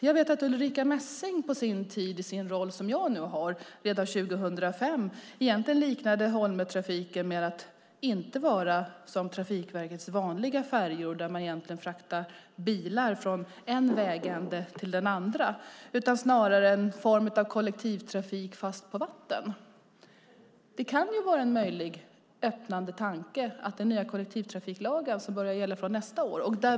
Jag vet att Ulrica Messing på sin tid, i den roll hon hade som jag nu har, redan 2005 liknande Holmötrafiken vid att inte vara som Trafikverkets vanliga färjor, där bilar fraktas från en vägände till den andra, utan snarare en form av kollektivtrafik fast på vatten. Det kan vara en möjlig idé med tanke på den nya kollektivtrafiklag som ska börja gälla nästa år.